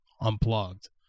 Unplugged